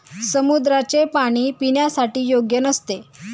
समुद्राचे पाणी पिण्यासाठी योग्य नसते